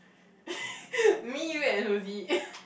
me you and Whoozy